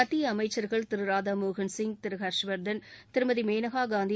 மத்திய அமைச்ச்கள் திரு ராதாமோகன்சிங் திரு ஹர்ஷவர்தன் திருமதி மேனகா காந்தி